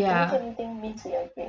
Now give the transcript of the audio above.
ya